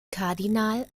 kardinal